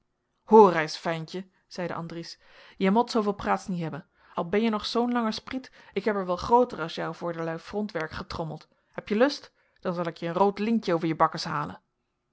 hoor reis ventje zeide andries jij mot zooveel praats niet hebben al benje nog zoon lange spriet ik heb er wel grooter als jou voor derlui frontwerk getrommeld heb je lust dan zal ik je een rood lintje over je bakkes halen